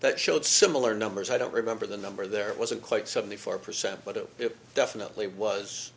that showed similar numbers i don't remember the number there it wasn't quite seventy four percent but it definitely was